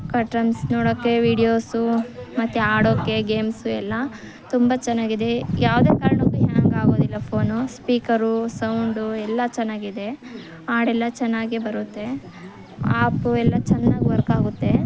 cottons ನೋಡೋಕ್ಕೆ videos ಮತ್ತೆ ಆಡೋಕೆ ಗೇಮ್ಸು ಎಲ್ಲ ತುಂಬ ಚೆನ್ನಾಗಿದೆ ಯಾವುದೇ ಕಾರಣಕ್ಕೂ ಹ್ಯಾಂಗಾಗೋದಿಲ್ಲ ಫೋನು ಸ್ಪೀಕರು ಸೌಂಡು ಎಲ್ಲ ಚೆನ್ನಾಗಿದೆ ಹಾಡೆಲ್ಲ ಚೆನ್ನಾಗೇ ಬರುತ್ತೆ ಆ್ಯಪು ಎಲ್ಲ ಚೆನ್ನಾಗಿ ವರ್ಕಾಗುತ್ತೆ